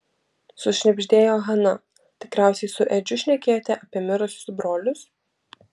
sušnibždėjo hana tikriausiai su edžiu šnekėjote apie mirusius brolius